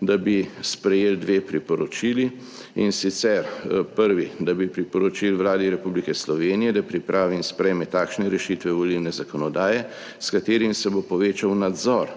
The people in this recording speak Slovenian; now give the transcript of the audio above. da bi sprejeli dve priporočili. In sicer prvi, da bi priporočili Vladi Republike Slovenije, da pripravi in sprejme takšne rešitve volilne zakonodaje, s katerim se bo povečal nadzor